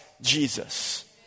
Jesus